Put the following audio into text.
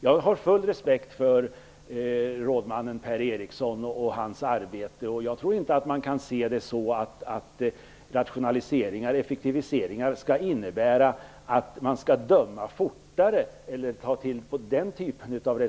Jag har full respekt för rådmannen Per Eriksson och hans arbete, och jag tror inte att man kan se det så att rationaliseringar och effektiviseringar skall innebära att man dömer fortare.